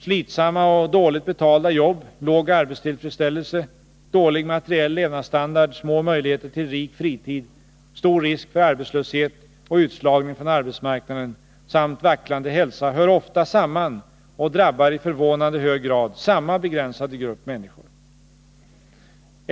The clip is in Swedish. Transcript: Slitsamma och dåligt betalda jobb, låg arbetstillfredsställelse, dålig materiell levnadsstandard, små möjligheter till rik fritid, stor risk för arbetslöshet och utslagning från arbetsmarknaden samt vacklande hälsa hör ofta samman och drabbar i förvånande hög grad samma begränsade grupp människor.